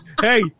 Hey